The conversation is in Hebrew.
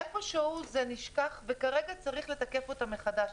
איפה שהוא זה נשכח וכרגע צריך לתקף אותן מחדש.